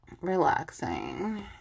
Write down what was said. relaxing